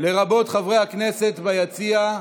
לרבות חברי הכנסת ביציע.